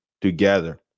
together